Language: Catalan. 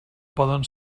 poden